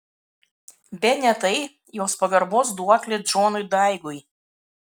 bene tai jos pagarbos duoklė džonui daigui